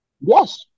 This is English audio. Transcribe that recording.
Yes